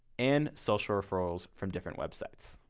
and social referrals from different websites.